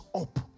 up